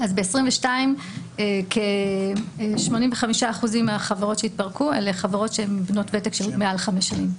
ב-2022 כ-85% מהחברות שהתפרקו אלה חברות שהן בנות ותק של מעל חמש שנים.